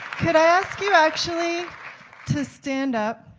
can i ask you actually to stand up?